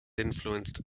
influenced